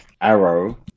Arrow